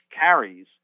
carries